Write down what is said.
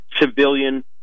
civilian